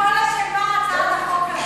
הצעת החוק הזאת.